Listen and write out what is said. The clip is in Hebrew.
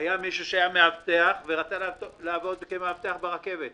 היה מישהו שהיה מאבטח ורצה לעבוד כמאבטח ברכבת.